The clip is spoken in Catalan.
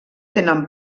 tenen